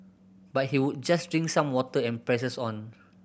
but he would just drink some water and presses on